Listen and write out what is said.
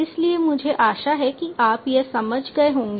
इसलिए मुझे आशा है कि आप यह समझ गए होंगे